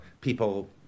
people